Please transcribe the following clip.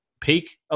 peak